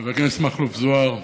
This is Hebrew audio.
חבר הכנסת מכלוף זוהר,